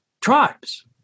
tribes